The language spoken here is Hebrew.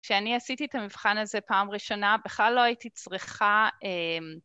כשאני עשיתי את המבחן הזה פעם ראשונה בכלל לא הייתי צריכה אה...